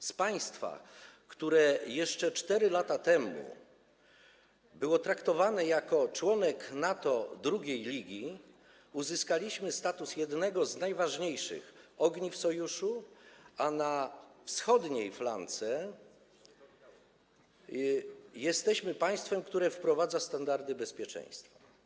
Jako państwo, które jeszcze 4 lata temu było traktowane jak członek NATO drugiej ligi, uzyskaliśmy status jednego z najważniejszych ogniw Sojuszu, a na wschodniej flance jesteśmy państwem, które wprowadza standardy bezpieczeństwa.